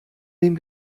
dem